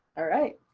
alright.